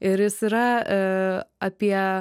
ir jis yra apie